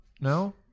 No